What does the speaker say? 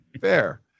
fair